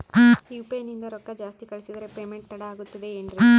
UPI ನಿಂದ ರೊಕ್ಕ ಜಾಸ್ತಿ ಕಳಿಸಿದರೆ ಪೇಮೆಂಟ್ ತಡ ಆಗುತ್ತದೆ ಎನ್ರಿ?